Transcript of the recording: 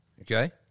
Okay